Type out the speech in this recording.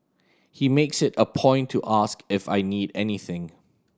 he makes it a point to ask if I need anything